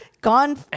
gone